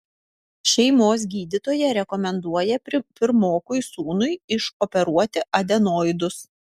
šeimos gydytoja rekomenduoja pirmokui sūnui išoperuoti adenoidus